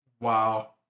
Wow